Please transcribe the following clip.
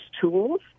tools